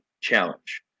challenge